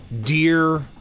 Dear